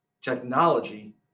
technology